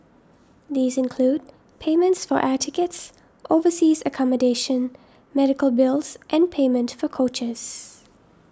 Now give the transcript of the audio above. these include payments for air tickets overseas accommodation medical bills and payment for coaches